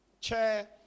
chair